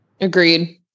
Agreed